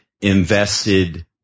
invested